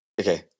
Okay